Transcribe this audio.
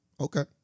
Okay